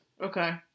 Okay